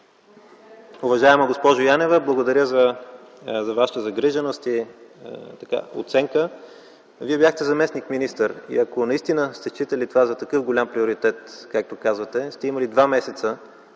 Уважаема госпожо Янева, благодаря за Вашата загриженост и оценка. Вие бяхте заместник-министър и ако наистина сте считали това за такъв голям приоритет, както казвате, сте имали два месеца